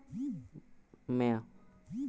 म्या